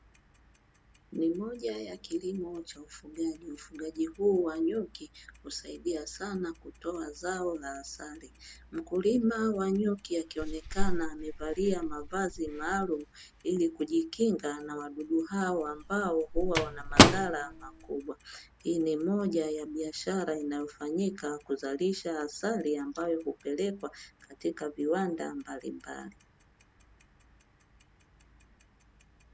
Ni moja ya kilimo cha ufugaji, ufugaji huu wa nyuki husaidia sana kutoa zao la asali, mkulima wa nyuki akionekana amevalia mavazi maalumu ili kujikinga na wadudu hao ambao huwa wana madhara makubwa. Hii ni moja ya biashara inayofanyika kuzalisha asali ambayo hupelekwa katika viwanda mbalimbali.